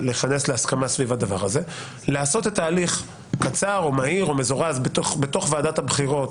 ומעיון קצר שעשיתי עכשיו כחבר ועדת בחירות